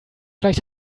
gleich